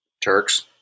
Turks